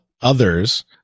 others